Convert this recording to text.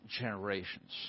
generations